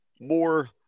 more